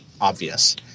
obvious